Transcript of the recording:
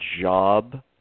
job